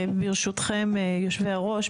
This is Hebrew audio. ברשותכם יושבי הראש,